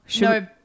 No